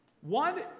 One